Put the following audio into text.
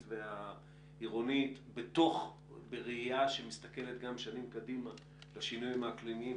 והעירונית בראייה שמסתכלת גם שנים קדימה לשינויים האקלימיים,